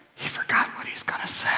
he forgot what he's going to say.